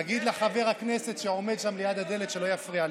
תגיד לחבר הכנסת שעומד שם ליד הדלת שלא יפריע לי,